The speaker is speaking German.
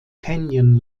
canyon